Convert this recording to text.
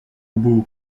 ubu